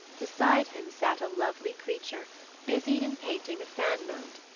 beside him sat a lovely creature busied in painting a fan mount.